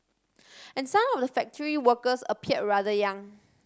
and some of the factory workers appeared rather young